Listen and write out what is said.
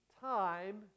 time